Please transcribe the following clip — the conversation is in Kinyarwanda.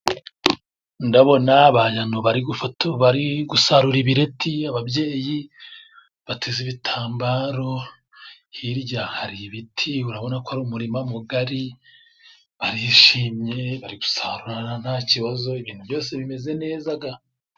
Ndabona ba mama bari gufoto.. bari gusarura ibireti, ababyeyi bateze ibitambaro, hirya hari ibiti urabona ko ari umurima mugari, barishimye bari gusarurana nta kibazo, ibintu byose bimeze neza ga.